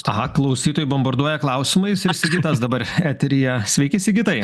aha klausytojai bombarduoja klausimais ir sigitas dabar eteryje sveiki sigitai